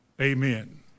Amen